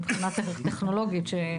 מבחינה טכנולוגית,